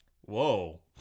whoa